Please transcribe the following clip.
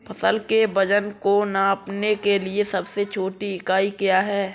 फसल के वजन को नापने के लिए सबसे छोटी इकाई क्या है?